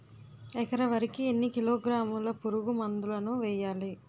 ఎకర వరి కి ఎన్ని కిలోగ్రాముల పురుగు మందులను వేయాలి?